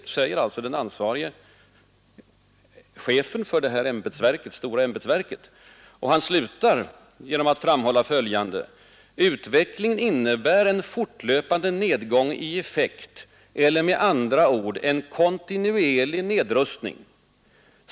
Detta säger alltså den ansvarige chefen för det stora ämbetsverket — försvaret. ÖB slutar med att framhålla följande: ”Utvecklingen innebär en fortlöpande nedgång i effekt eller med andra ord en kontinuerlig nedrustning.